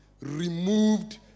removed